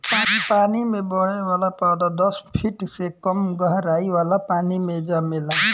पानी में बढ़े वाला पौधा दस फिट से कम गहराई वाला पानी मे जामेला